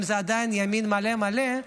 אם זה עדיין ימין מלא מלא.